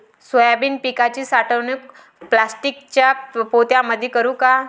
Soybean पिकाची साठवणूक प्लास्टिकच्या पोत्यामंदी करू का?